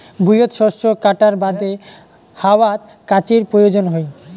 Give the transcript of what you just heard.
ভুঁইয়ত শস্য কাটার বাদে হাতওয়ালা কাঁচির প্রয়োজন হই